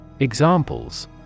Examples